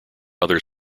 other